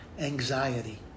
Anxiety